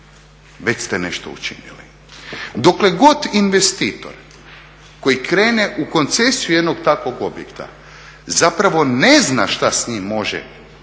već ste nešto učinili. Dokle god investitor koji krene u koncesiju jednog takvog objekta zapravo ne zna šta s njim može